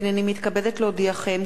הנני מתכבדת להודיעכם,